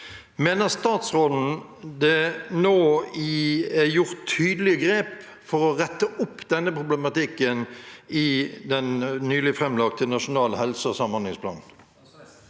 Mener statsråden det nå er tatt tydelige grep for å rette opp denne problematikken i den nylig framlagte Nasjonal helse- og samhandlingsplan?